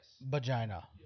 ...vagina